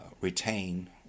retain